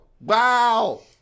wow